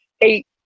eight